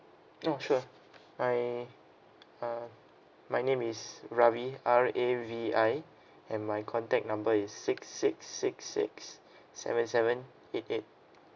oh sure I um my name is ravi R A V I and my contact number is six six six six seven seven eight eight